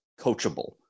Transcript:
coachable